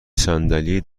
صندلی